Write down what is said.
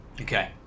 Okay